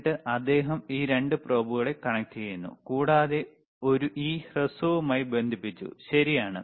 എന്നിട്ട് അദ്ദേഹം ഈ 2 പ്രോബുകളെയും കണക്റ്റുചെയ്യുന്നു കൂടാതെ ഈ ഹ്രസ്വവുമായി ബന്ധിപ്പിച്ചു ശരിയാണ്